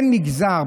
אין מגזר.